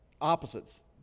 opposites